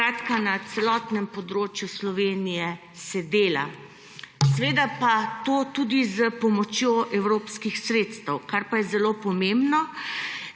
na celotnem področju Slovenije se dela. Seveda pa to tudi s pomočjo evropskih sredstev, kar pa je zelo pomembno.